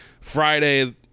Friday